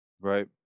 right